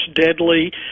deadly